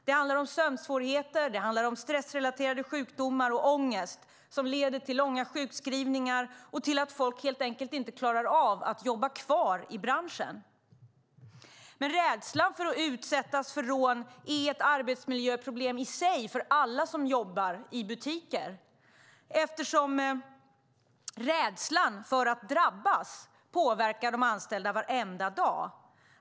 Det handlar om sömnsvårigheter, stressrelaterade sjukdomar och ångest, vilket leder till långa sjukskrivningar och till att folk helt enkelt inte klarar av att jobba kvar i branschen. Rädslan för att utsättas för rån är i sig ett arbetsmiljöproblem för alla som jobbar i butik eftersom den påverkar de anställda varenda dag.